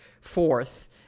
fourth